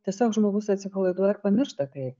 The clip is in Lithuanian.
tiesiog žmogus atsipalaiduoja ir pamiršta tai